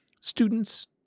Students